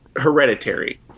hereditary